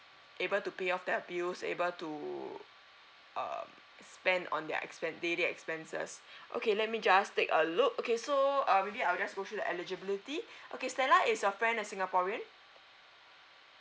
able to pay off their pills able to um spend on their expen~ daily expenses okay let me just take a look okay so uh maybe I'll just go through the eligibility okay stella is your friend a singaporean